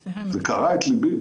זה קרע את הלב.